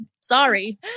Sorry